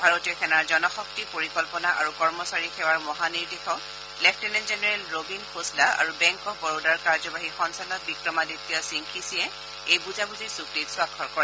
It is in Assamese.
ভাৰতীয় সেনাৰ জনশক্তি পৰিকল্পনা আৰু কৰ্মচাৰী সেৱাৰ মহানিৰ্দেশক লেফটেনেণ্ট জেনেৰেল ৰবীন খোছলা আৰু বেংক অব বৰোদাৰ কাৰ্যবাহী সঞ্চালক বিক্ৰমাদিত্য সিং খিচিয়ে এই বুজাবুজিৰ চুক্তিত স্বাক্ষৰ কৰে